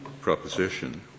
proposition